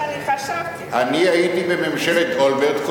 אתה היית בממשלת אולמרט,